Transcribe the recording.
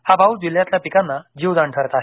हा पाऊस जिल्ह्यातील पीकांना जीवदान ठरत आहे